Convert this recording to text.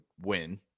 win